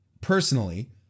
personally